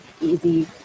easy